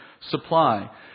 supply